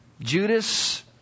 Judas